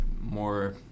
more